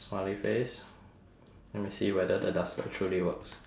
smiley face let me see whether the duster actually works